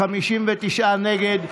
59 נגד,